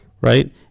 right